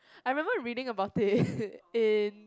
I remember reading about it in